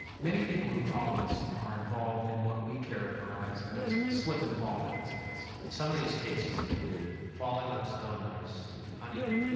many people who call us are involved in what we characterise as as slip-and-fall accidents. some of these cases include falling on snow and ice, uneven